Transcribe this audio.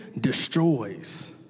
destroys